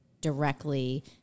directly